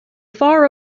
far